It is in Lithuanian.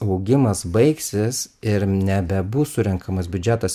augimas baigsis ir nebebus surenkamas biudžetas